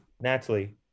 Natalie